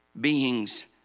beings